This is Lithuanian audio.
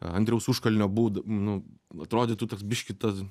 andriaus užkalnio bud nu atrodytų toks biškį tas